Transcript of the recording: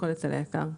הכל אצל היקר.